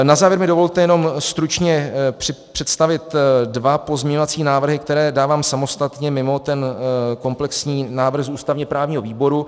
Na závěr mi dovolte jenom stručně představit dva pozměňovací návrhy, které dávám samostatně mimo komplexní návrh z ústavněprávního výboru.